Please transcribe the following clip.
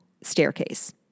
staircase